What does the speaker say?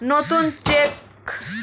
নতুন চেক বই পেতে কী করতে হবে?